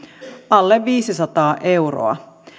alle viisisataa euroa